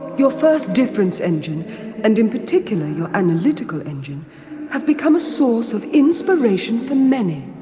your first difference engine and in particular your analytical engine have become a source of inspiration for many.